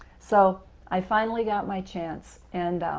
so i finally got my chance. and